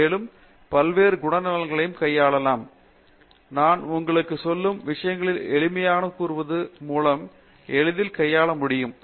மேலும் பல்வேறு குணநலன்களைக் கையாளளாம் நான் உங்களுக்கு சொல்லும் விஷயங்களை எளிமையாகக் கூறுவதன் மூலம் எளிதில் கையாளமுடியும்